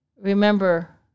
Remember